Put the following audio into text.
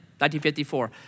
1954